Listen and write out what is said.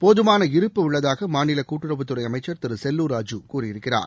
போதுமான இருப்பு உள்ளதாக மாநில கூட்டுறவுத்துறை அமைச்சா் திரு செல்லூா் ராஜூ கூறியிருக்கிறார்